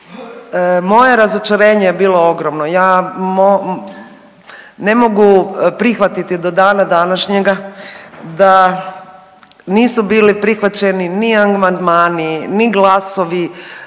moje razočarenje je bilo ogromno. Ja ne mogu prihvatiti do dana današnjega da nisu bili prihvaćeni ni amandmani, ni glasovi,